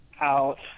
out